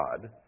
God